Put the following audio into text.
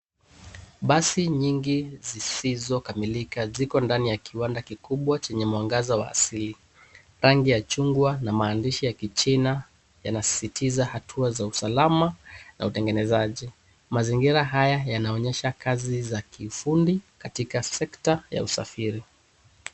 Basi nyingi zisizokamilika ziko ndani ya kiwanda kikubwa chenye mwangaza wa asili. Rangi ya chungwa na maandishi ya kichina yana sisitiza hatua za usalama na utengenezaji. Mazingira haya yanonyesha kazi za kiufundi katika sector ya Usafiri.